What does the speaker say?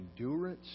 endurance